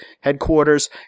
headquarters